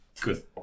Good